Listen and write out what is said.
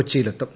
കൊച്ചിയിലെത്തും